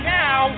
now